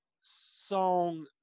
song